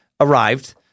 arrived